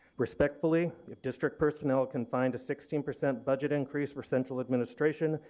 respectfully if district personnel can find a sixteen percent budget increase for central administration,